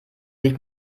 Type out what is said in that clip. nicht